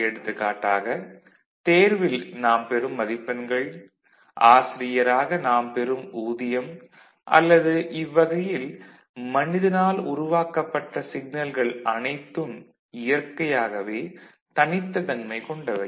எடுத்துக்காட்டாக தேர்வில் நாம் பெறும் மதிப்பெண்கள் ஆசிரியராக நாம் பெறும் ஊதியம் அல்லது இவ்வகையில் மனிதனால் உருவாக்கப்பட்ட சிக்னல்கள் அனைத்தும் இயற்கையாகவே தனித்த தன்மை கொண்டவை